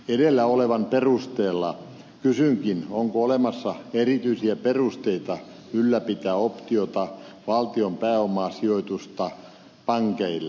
edellä olevan perusteella kysynkin onko olemassa erityisiä perusteita ylläpitää optiota valtion pääomasijoitusta pankeille